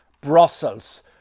Brussels